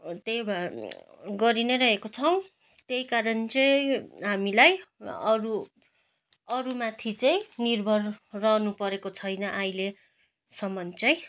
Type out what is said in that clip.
त्यही भएर गरी नै रहेको छौँ त्यही कारण चाहिँ हामीलाई अरू अरू माथि चाहिँ निर्भर रहनु परेको छैन अहिले सम्म चाहिँ